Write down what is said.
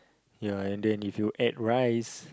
ya and then if you add rice